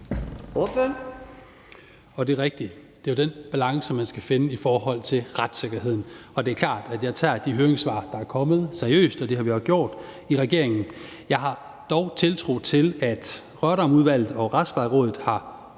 Det er rigtigt. Det er den balance, man skal finde i forhold til retssikkerheden, og det er klart, at jeg tager de høringssvar, der er kommet, seriøst, og det har vi også gjort i regeringen. Jeg har dog tiltro til, at Rørdamudvalget og Retsplejerådet har